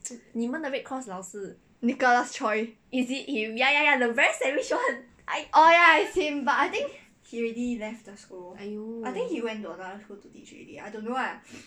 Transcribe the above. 你们的 red cross 老师 is it him ya ya ya very savage one I I know